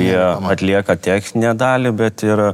jie atlieka techninę dalį bet ir